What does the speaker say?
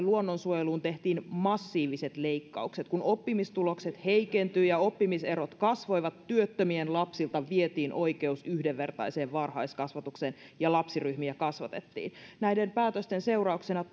luonnonsuojeluun tehtiin massiiviset leikkaukset kun oppimistulokset heikentyivät ja oppimiserot kasvoivat työttömien lapsilta vietiin oikeus yhdenvertaiseen varhaiskasvatukseen ja lapsiryhmiä kasvatettiin näiden päätösten seurauksena